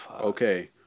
Okay